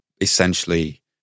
essentially